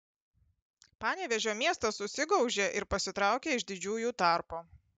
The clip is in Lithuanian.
panevėžio miestas susigaužė ir pasitraukė iš didžiųjų tarpo